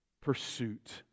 pursuit